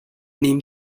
نیم